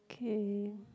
okay